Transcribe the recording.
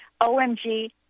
OMG